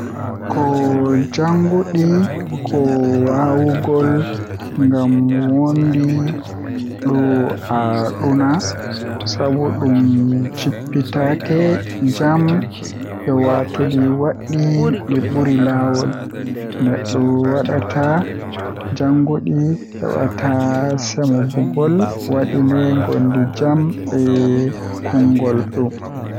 ko njaŋnguɗi ko waawugol ngal wondi ɗoo aduna, sabu ɗum njippita jam e waɗtuɗi waɗal ɗi ɓuri laawol. Neɗɗo waɗataa njaŋnguɗi heɓataa semmbugol waɗitde goongɗi ɗam e konngol ɗum.